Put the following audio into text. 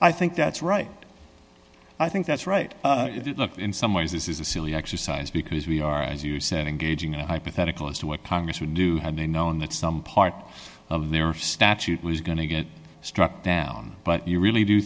i think that's right i think that's right in some ways this is a silly exercise because we are as you said in gauging i pathetically as to what congress would do had they known that some part of their statute was going to get struck down but you really do